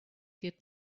did